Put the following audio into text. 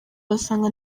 basanga